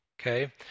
okay